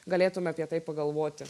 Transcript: galėtume apie tai pagalvoti